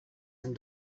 and